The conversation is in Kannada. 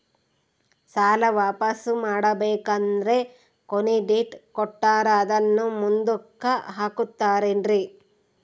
ಸಾಲ ವಾಪಾಸ್ಸು ಮಾಡಬೇಕಂದರೆ ಕೊನಿ ಡೇಟ್ ಕೊಟ್ಟಾರ ಅದನ್ನು ಮುಂದುಕ್ಕ ಹಾಕುತ್ತಾರೇನ್ರಿ?